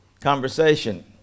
conversation